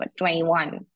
21